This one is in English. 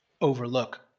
overlook